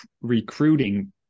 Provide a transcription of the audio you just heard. recruiting